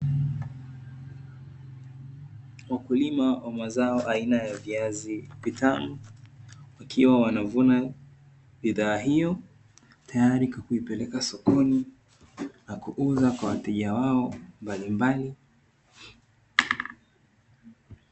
Wakulima wa mazao aina ya viazi vitamu wakiwa wanavuna bidhaa hiyo tayari kwa kuipeleka sokoni na kuuza kwa wateja wao mbalimbali.